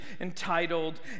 entitled